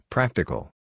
Practical